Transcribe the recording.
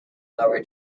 lower